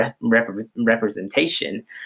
representation